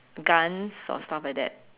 guns or stuff like that